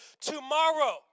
tomorrow